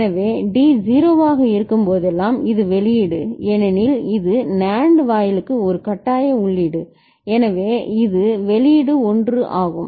எனவே D 0 ஆக இருக்கும்போதெல்லாம் இது வெளியீடு ஏனெனில் இது NAND வாயிலுக்கு ஒரு கட்டாய உள்ளீடு எனவே இது வெளியீடு 1 ஆகும்